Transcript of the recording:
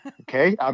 okay